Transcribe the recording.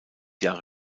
jahre